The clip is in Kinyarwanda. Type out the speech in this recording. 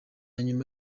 nyuma